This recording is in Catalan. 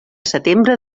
setembre